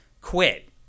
quit